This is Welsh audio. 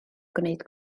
gwneud